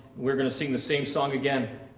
we're gonna sing the same song again.